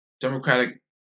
Democratic